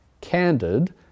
candid